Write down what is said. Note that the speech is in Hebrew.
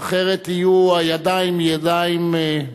אחרת יהיו הידיים ידיים, רבותי,